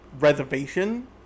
reservation